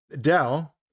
Dell